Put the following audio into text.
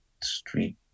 street